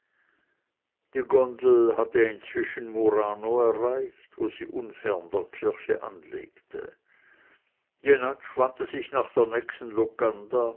die gondel hatte inzwischen murano erreicht wo sie unfern der kirche anlegte jenatsch wandte sich nach der nächsten